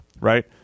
right